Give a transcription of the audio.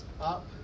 up